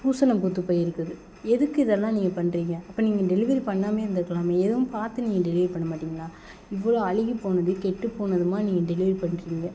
பூசணம் பூத்து போயிருக்குது எதுக்கு இதெல்லாம் நீங்கள் பண்ணுறீங்க அப்போ நீங்கள் டெலிவரி பண்ணாமையே இருந்துருக்கலாமே எதுவும் பார்த்து நீங்கள் டெலிவரி பண்ண மாட்டிங்களா இவ்வளோ அழுகிப்போனது கெட்டுப்போனதுமா நீங்கள் டெலிவரி பண்ணுறீங்க